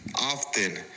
Often